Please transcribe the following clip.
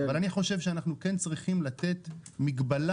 אבל אני חושב שאנחנו כן צריכים לתת מגבלה